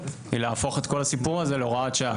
היא להפוך את כל הסיפור הזה להוראת שעה,